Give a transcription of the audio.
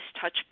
touch